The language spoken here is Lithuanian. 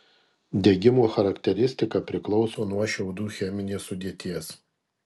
degimo charakteristika priklauso nuo šiaudų cheminės sudėties